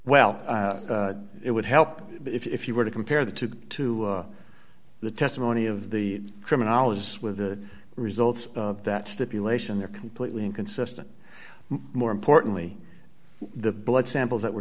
well it would help if you were to compare the two to the testimony of the criminologist with the results of that stipulation they're completely inconsistent more importantly the blood samples that were